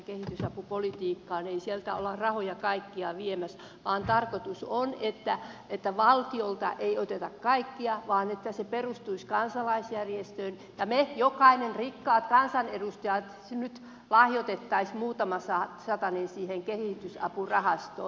ei sieltä olla kaikkia rahoja viemässä vaan tarkoitus on että valtiolta ei oteta kaikkea vaan se perustuisi kansalaisjärjestöihin ja me rikkaat kansanedustajat jokainen nyt lahjoittaisimme muutaman satasen siihen kehitysapurahastoon